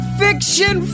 fiction